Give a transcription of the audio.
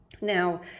Now